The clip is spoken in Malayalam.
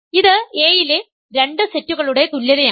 ഇത് A യിലെ രണ്ട് സെറ്റുകളുടെ തുല്യതയാണ്